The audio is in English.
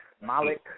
Malik